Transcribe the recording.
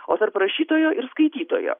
o tarp rašytojo ir skaitytojo